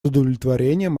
удовлетворением